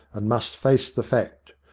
and must face the fact.